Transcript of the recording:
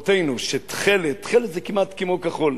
במקורותינו, שתכלת, תכלת זה כמעט כמו כחול,